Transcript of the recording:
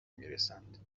میرسند